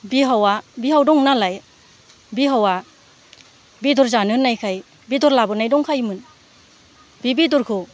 बिहावा बिहाव दं नालाय बिहावा बेदर जानो होननायखाय बेदर लाबोनाय दंखायोमोन बे बेदरखौ